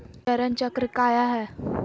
चरण चक्र काया है?